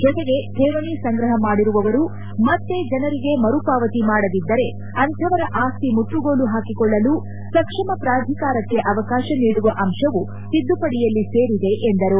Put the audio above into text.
ಜೊತೆಗೆ ಠೇವಣಿ ಸಂಗ್ರಹ ಮಾಡಿರುವವರು ಮತ್ತೆ ಜನರಿಗೆ ಮರುಪಾವತಿ ಮಾಡದಿದ್ದರೆ ಅಂತಹವರ ಆಸ್ತಿ ಮುಟ್ಟುಗೋಲು ಹಾಕಿಕೊಳ್ಳಲು ಸಕ್ಷಮ ಪ್ರಾಧಿಕಾರಕ್ನೆ ಅವಕಾಶ ನೀಡುವ ಅಂಶವೂ ತಿದ್ದುಪಡಿಯಲ್ಲಿ ಸೇರಿದೆ ಎಂದರು